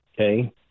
okay